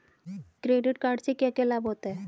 Credit card से क्या क्या लाभ होता है?